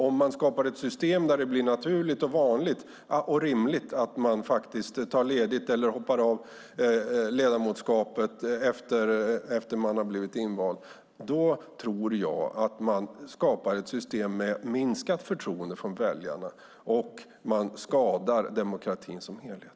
Om man skapar ett system där det blir naturligt, vanligt och rimligt att man tar ledigt eller hoppar av ledamotskapet efter det att man har blivit invald, då tror jag att man skapar ett system med minskat förtroende för väljarna och att man skadar demokratin som helhet.